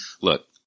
look